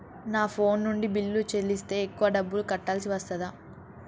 నా ఫోన్ నుండి బిల్లులు చెల్లిస్తే ఎక్కువ డబ్బులు కట్టాల్సి వస్తదా?